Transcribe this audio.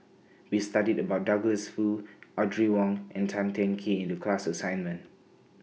We studied about Douglas Foo Audrey Wong and Tan Teng Kee in The class assignment